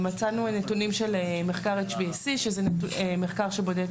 מצאנו נתונים של מחקר HBSC שזה מחקר שבודק